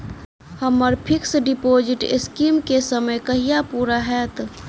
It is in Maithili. हम्मर फिक्स डिपोजिट स्कीम केँ समय कहिया पूरा हैत?